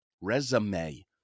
resume